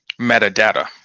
Metadata